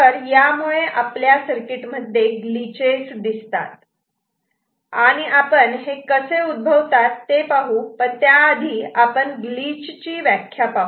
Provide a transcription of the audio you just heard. तर यामुळे आपल्याला सर्किटमध्ये ग्लिचेस दिसतात आणि आपण हे कसे उद्भवतात ते पाहू पण त्याआधी आपण ग्लिच ची व्याख्या पाहू